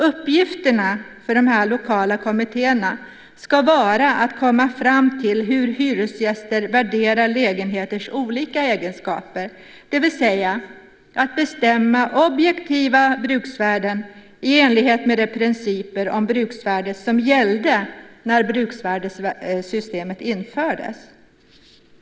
Uppgifterna för dessa lokala kommittéer ska vara att komma fram till hur hyresgäster värderar lägenheters olika egenskaper, det vill säga att bestämma objektiva bruksvärden i enlighet med de principer om bruksvärdet som gällde när bruksvärdessystemet infördes.